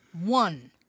One